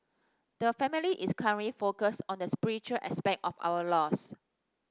the family is currently focused on the spiritual aspect of our loss